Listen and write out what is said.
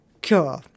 cure